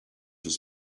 was